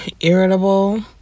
irritable